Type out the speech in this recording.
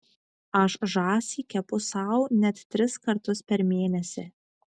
aš žąsį kepu sau net tris kartus per mėnesį